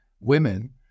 women